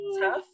tough